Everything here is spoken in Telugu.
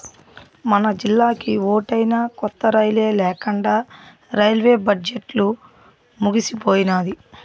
మనజిల్లాకి ఓటైనా కొత్త రైలే లేకండా రైల్వే బడ్జెట్లు ముగిసిపోయినాది